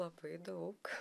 labai daug